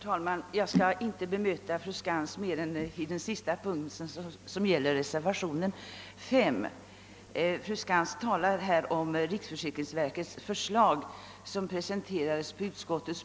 Herr talman! Jag skall bemöta fru Skantz bara i den sista punkten, som gäller reservation 5. Fru Skantz talar här om riksförsäkringsverkets förslag, som presenterades utskottet.